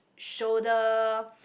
shoulder